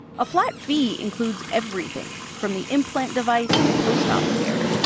a flat fee includes everything, from the implant device to post-op care.